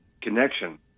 connection